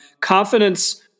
Confidence